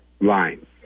line